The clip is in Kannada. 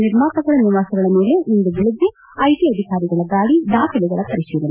ನಿರ್ಮಾಪಕರ ನಿವಾಸಗಳ ಮೇಲೆ ಇಂದು ಬೆಳಗ್ಗೆ ಐಟಿ ಅಧಿಕಾರಿಗಳ ದಾಳಿ ದಾಖಲೆಗಳ ಪರಿಶೀಲನೆ